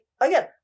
again